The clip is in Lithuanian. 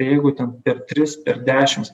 tai jeigu ten per tris per dešims